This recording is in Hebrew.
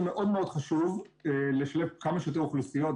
זה מאוד מאוד חשוב לשלב כמה שיותר אוכלוסיות,